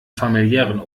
familiären